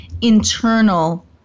internal